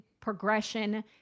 progression